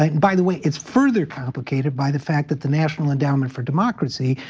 and by the way, it's further complicated by the fact that the national endowment for democracy,